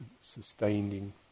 sustaining